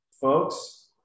Folks